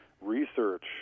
research